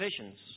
visions